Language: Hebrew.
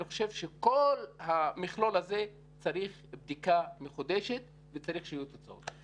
אני חושב שכל המכלול הזה צריך בדיקה מחודשת וצריך שיהיו תוצאות.